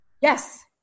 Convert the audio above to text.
Yes